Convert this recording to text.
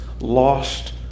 lost